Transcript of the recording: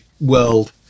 world